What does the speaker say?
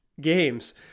games